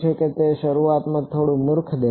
તેથી તે શરૂઆતમાં થોડું મૂર્ખ દેખાશે